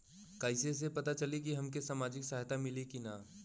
कइसे से पता चली की हमके सामाजिक सहायता मिली की ना?